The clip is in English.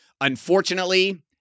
Unfortunately